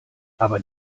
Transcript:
aber